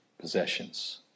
possessions